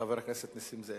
חבר הכנסת נסים זאב.